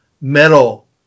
metal